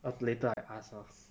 okay later I ask lor